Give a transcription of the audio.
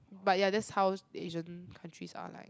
but ya that's how the Asian countries are like